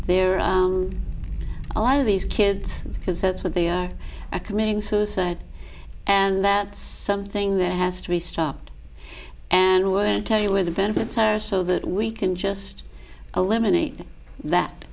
are a lot of these kids because that's what they are committing suicide and that's something that has to be stopped and we'll tell you where the benefits are so that we can just eliminate that